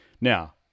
now